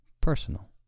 personal